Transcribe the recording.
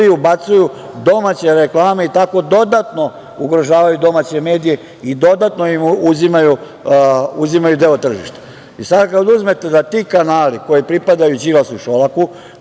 ubacuju domaće reklame i tako dodatno ugrožavaju domaće medije i dodatno im uzimaju deo tržišta. Sada kad uzmete da ti kanali koji pripadaju Đilasu i Šolaku,